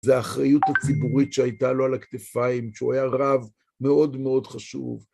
זה האחריות הציבורית שהייתה לו על הכתפיים, שהוא היה רב מאוד מאוד חשוב.